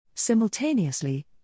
simultaneously